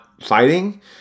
fighting